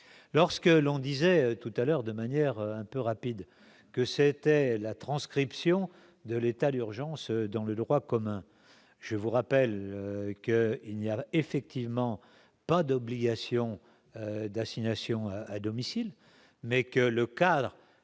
lorsque l'on disait tout à l'heure de manière un peu rapide, que c'était la transcription de l'état d'urgence dans le droit commun, je vous rappelle qu'il n'y a effectivement pas d'obligation d'assignation à domicile mais que le cadre